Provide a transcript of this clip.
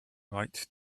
right